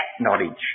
knowledge